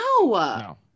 No